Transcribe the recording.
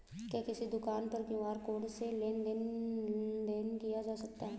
क्या किसी दुकान पर क्यू.आर कोड से लेन देन देन किया जा सकता है?